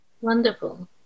Wonderful